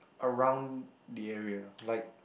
around the area like